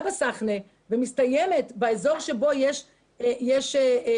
בסחנה ומסתיימת באזור שבו יש בתים.